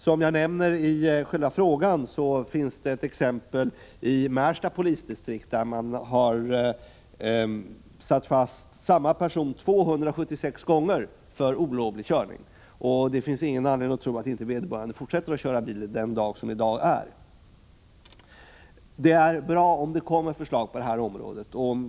Som jag nämnt i frågan finns det ett exempel i Märsta polisdistrikt — man har där satt fast samma person 276 gånger för olovlig körning. Det finns ingen anledning att tro att vederbörande inte fortsätter att köra bil den dag som i dag är. Det är bra om det kommer förslag på det här området.